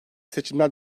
seçimler